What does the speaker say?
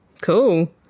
Cool